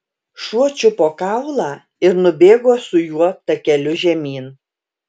šuo čiupo kaulą ir nubėgo su juo takeliu žemyn